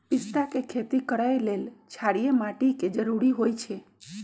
पिस्ता के खेती करय लेल क्षारीय माटी के जरूरी होई छै